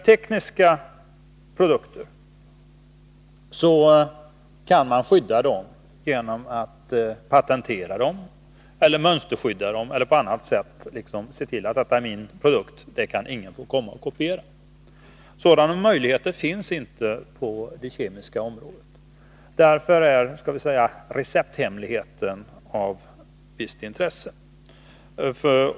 Tekniska produkter kan man skydda genom att patentera dem, mönsterskydda dem eller på annat sätt se till att detta är min produkt; den får ingen komma och kopiera. Sådana möjligheter finns inte på det kemiska området. Därför är ”recepthemligheten” av visst intresse.